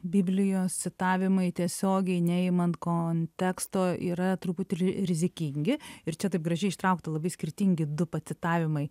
biblijos citavimai tiesiogiai neimant konteksto yra truputį ri rizikingi ir čia taip gražiai ištraukta labai skirtingi du pacitavimai